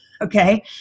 okay